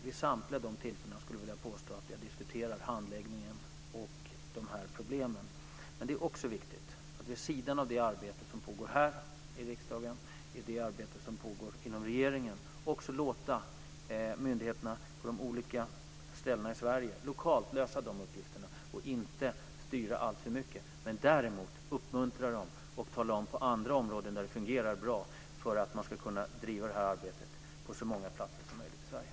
Jag skulle vilja påstå att jag vid samtliga dessa tillfällen diskuterar handläggningen och dessa problem. Det är också viktigt att vid sidan av det arbete som pågår här i riksdagen i det arbete som pågår inom regeringen också låta myndigheterna på de olika ställena i Sverige lokalt lösa de här uppgifterna, och inte styra alltför mycket. Däremot ska vi uppmuntra dem och tala om när det fungerar bra på andra områden för att man ska kunna bedriva detta arbete på så många platser som möjligt i Sverige.